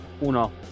Uno